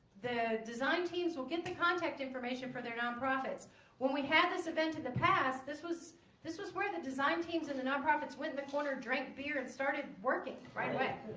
the design teams will get the contact information for their nonprofits when we had this event at the past this was this was where the design teams and the nonprofit's win the corner drank beer and started working right away